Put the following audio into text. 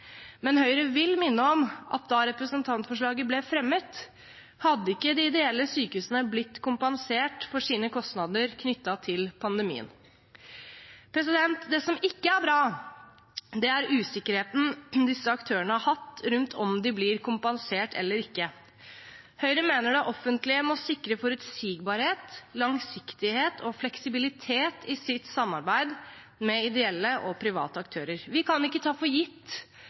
men Høyre vil minne om at da representantforslaget ble fremmet, hadde ikke de ideelle sykehusene blitt kompensert for sine kostnader knyttet til pandemien. Det som ikke er bra, er usikkerheten disse aktørene har hatt rundt om de blir kompensert eller ikke. Høyre mener det offentlige må sikre forutsigbarhet, langsiktighet og fleksibilitet i sitt samarbeid med ideelle og private aktører. Vi kan ikke ta for gitt